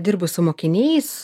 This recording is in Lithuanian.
dirbu su mokiniais